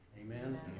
Amen